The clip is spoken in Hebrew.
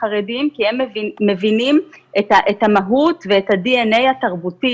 החרדיים כי הם מבינים את המהות ואת הדנ"א התרבותי.